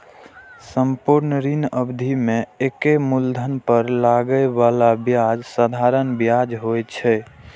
संपूर्ण ऋण अवधि मे एके मूलधन पर लागै बला ब्याज साधारण ब्याज होइ छै